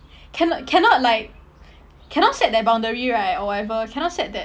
cannot cannot like cannot set that boundary right or whatever cannot set that